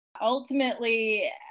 Ultimately